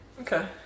Okay